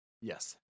Yes